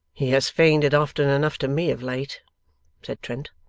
he has feigned it often enough to me, of late said trent.